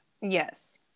yes